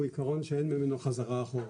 הוא עיקרון שאין ממנו חזרה אחורה.